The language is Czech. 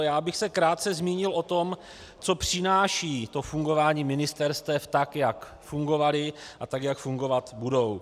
Já bych se krátce zmínil o tom, co přináší fungování ministerstev, tak jak fungovala a tak jak fungovat budou.